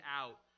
out